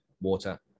water